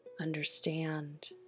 understand